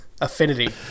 affinity